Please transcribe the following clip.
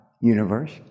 universe